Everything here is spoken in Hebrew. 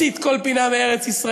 מצית כל פינה מארץ-ישראל,